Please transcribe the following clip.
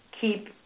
keep